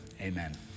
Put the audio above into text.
Amen